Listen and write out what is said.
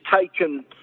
taken